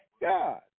God